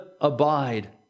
abide